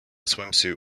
swimsuit